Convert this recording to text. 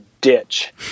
ditch